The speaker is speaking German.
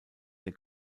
der